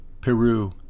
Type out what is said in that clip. Peru